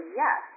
yes